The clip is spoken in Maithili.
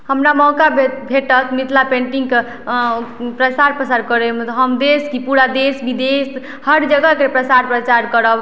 हमरा मौका भए भेटत मिथिला पेन्टिंगके प्रसार प्रचार करयमे तऽ हम देश कि पूरा देश विदेश हर जगहके प्रसार प्रचार करब